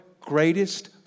greatest